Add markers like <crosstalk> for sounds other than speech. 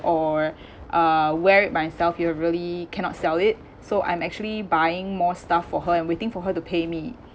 or <breath> uh wear it myself if I really cannot sell it so I'm actually buying more stuff for her and waiting for her to pay me